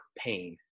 pain